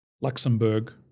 Luxembourg